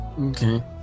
Okay